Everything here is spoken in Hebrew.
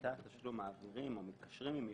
כששירותי התשלום מתקשרים עם מישהו,